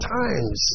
times